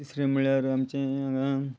तिसरें म्हळ्यार आमचे हांगा